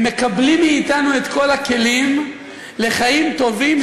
הם מקבלים מאתנו את כל הכלים לחיים טובים,